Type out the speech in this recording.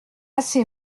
ces